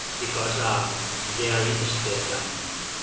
because they are interested and